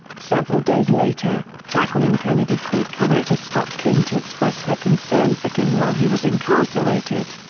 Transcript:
several days later, jacqueline kennedy called coretta scott king to express her concern for king while he was incarcerated.